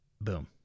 boom